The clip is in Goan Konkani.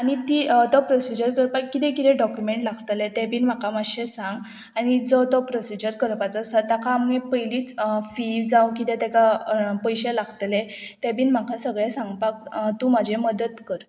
आनी ती तो प्रोसिजर करपाक किदें किदें डॉक्युमेंट लागतलें तें बीन म्हाका मातशें सांग आनी जो तो प्रोसिजर करपाचो आसा ताका आमगे पयलीच फी जावं कितें तेका पयशे लागतले ते बीन म्हाका सगळें सांगपाक तूं म्हाजें मदत कर